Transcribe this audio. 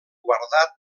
guardat